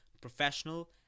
professional